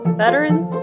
veterans